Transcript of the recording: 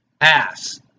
ass